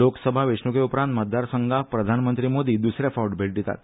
लोकसभा वेंचण्रके उपरांत मतदारसंघाक प्रधानमंत्री मोदी द्सरे फावटीं भेट दितात